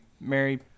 Mary